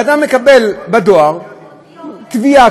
ואדם מקבל בדואר תביעה,